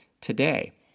today